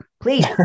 please